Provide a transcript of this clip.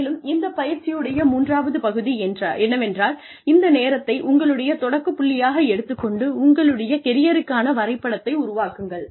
மேலும் இந்த பயிற்சியுடைய மூன்றாவது பகுதி என்னவென்றால் இந்த நேரத்தை உங்களுடைய தொடக்கப் புள்ளியாக எடுத்துக் கொண்டு உங்களுடைய கெரியருக்கான வரைபடத்தை உருவாக்குங்கள்